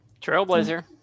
Trailblazer